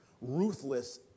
ruthless